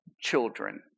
children